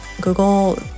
Google